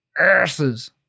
asses